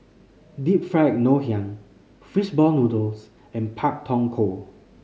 Deep Fried Ngoh Hiang fish ball noodles and Pak Thong Ko